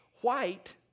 white